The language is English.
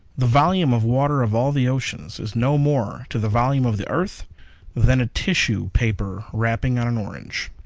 the volume of water of all the oceans is no more to the volume of the earth than a tissue paper wrapping on an orange.